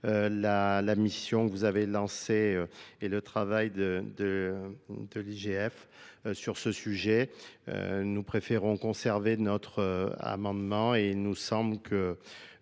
la mission que vous avez lancée et le travail de de de l'i G F. Euh sur ce sujet. Euh, nous préférons conserver notre amendement, et il nous semble que